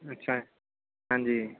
ਅੱਛਾ ਹਾਂਜੀ